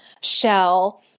shell